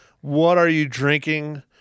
what-are-you-drinking